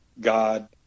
God